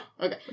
Okay